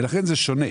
לכן זה שונה.